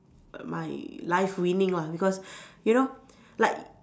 my life winning lah because you know like